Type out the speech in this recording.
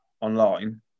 online